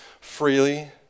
freely